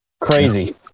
Crazy